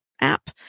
app